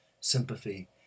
sympathy